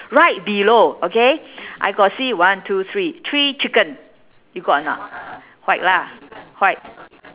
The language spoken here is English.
right below okay I got see one two three three chicken you got or not white lah white